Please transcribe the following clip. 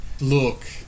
Look